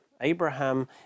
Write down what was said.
Abraham